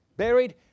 buried